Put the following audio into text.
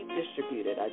distributed